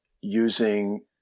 using